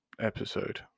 episode